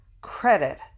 credit